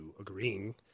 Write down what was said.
agreeing